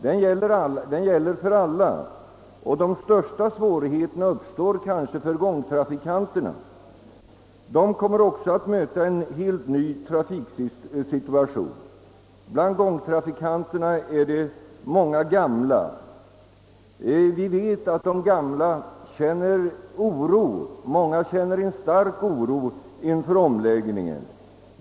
Den gäller för alla och de största svårigheterna uppstår kanske för gångtrafikanterna, vilka också kommer att möta helt nyatrafiksituationer. Bland fotgängarna finns många gamla och vi vet att de gamla känner stark oro inför omläggningen.